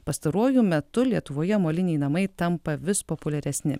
pastaruoju metu lietuvoje moliniai namai tampa vis populiaresni